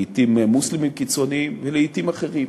לעתים מוסלמיים קיצוניים ולעתים אחרים.